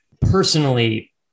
personally